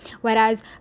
whereas